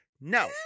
No